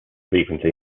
frequently